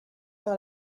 dans